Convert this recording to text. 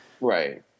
right